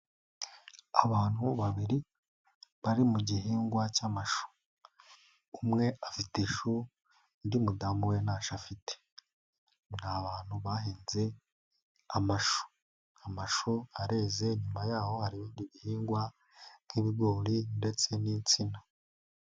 Abantu babiri, bari mu gihingwa cy'amashu. Umwe afite ishu, undi mudamu we ntashu afite. Ni abantu bahinze amashu. Amashu areze, inyuma yaho hari ibindi bihingwa, nk'ibigori ndetse n'insina.